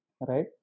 right